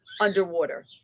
underwater